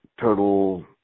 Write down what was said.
total